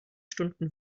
stunden